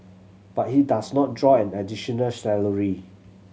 but he does not draw an additional salary